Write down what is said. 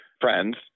friends